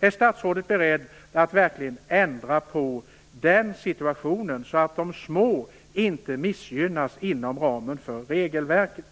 Är statsrådet beredd att verkligen ändra på den situationen så att de små inte missgynnas inom ramen för regelverket?